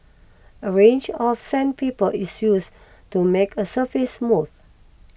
a range of sandpaper is use to make a surface smooth